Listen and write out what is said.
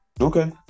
Okay